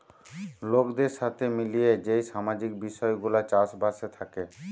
লোকদের সাথে মিলিয়ে যেই সামাজিক বিষয় গুলা চাষ বাসে থাকে